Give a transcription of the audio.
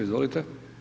Izvolite.